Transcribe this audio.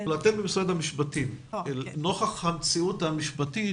אתם במשרד המשפטים - לנוכח המציאות המשפטית